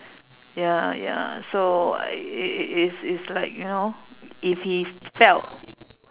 ya ya so I it's it's it's it's like you know if he felt